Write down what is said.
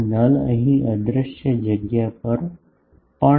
આ નલ અહીં અદ્રશ્ય જગ્યા પર પણ છે